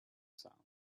sound